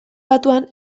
batuan